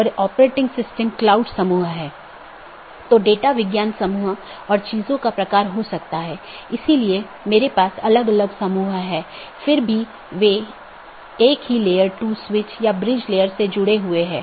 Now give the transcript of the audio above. जब एक BGP स्पीकरों को एक IBGP सहकर्मी से एक राउटर अपडेट प्राप्त होता है तो प्राप्त स्पीकर बाहरी साथियों को अपडेट करने के लिए EBGP का उपयोग करता है